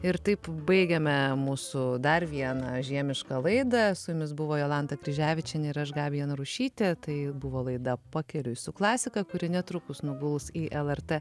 ir taip baigiame mūsų dar vieną žiemišką laidą su jumis buvo jolanta kryževičienė ir aš gabija narušytė tai buvo laida pakeliui su klasika kuri netrukus nuguls į lrt